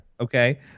Okay